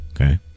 Okay